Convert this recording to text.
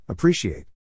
Appreciate